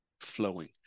flowing